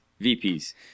VPs